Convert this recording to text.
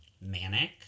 manic